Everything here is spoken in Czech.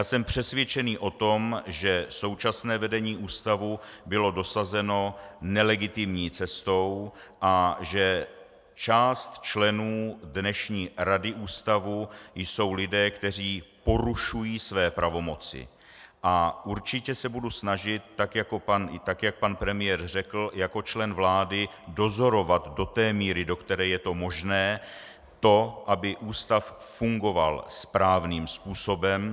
Jsem přesvědčený o tom, že současné vedení ústavu bylo dosazeno nelegitimní cestou a že část členů dnešní rady ústavu jsou lidé, kteří porušují své pravomoci, a určitě se budu snažit, tak jak pan premiér řekl, jako člen vlády dozorovat do té míry, do které je to možné to, aby ústav fungoval správným způsobem.